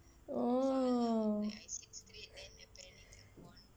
oh see